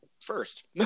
first